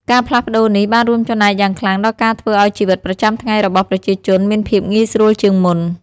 ការផ្លាស់ប្តូរនេះ បានរួមចំណែកយ៉ាងខ្លាំងដល់ការធ្វើឱ្យជីវិតប្រចាំថ្ងៃរបស់ប្រជាជនមានភាពងាយស្រួលជាងមុន។